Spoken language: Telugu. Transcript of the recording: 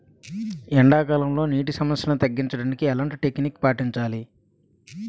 ఎండా కాలంలో, నీటి సమస్యలను తగ్గించడానికి ఎలాంటి టెక్నిక్ పాటించాలి?